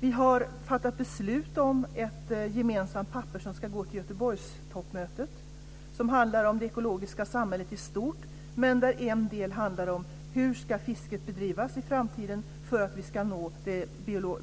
Vi har också fattat beslut om ett gemensamt papper som ska gå till Göteborgstoppmötet och som handlar om det ekologiska samhället i stort och där en del handlar om hur fisket i framtiden ska bedrivas för att vi ska nå